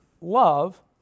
love